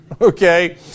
Okay